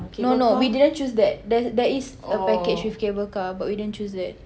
no no we didn't choose that there there is a package with cable car but we didn't choose that